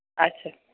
अच्छा